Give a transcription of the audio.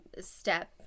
step